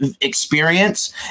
experience